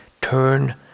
turn